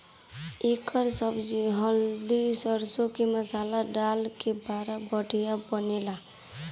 एकर सब्जी हरदी सरसों के मसाला डाल के बड़ा बढ़िया बनेला